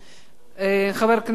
חבר הכנסת זאב אלקין.